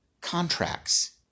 contracts